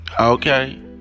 Okay